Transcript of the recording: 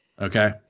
Okay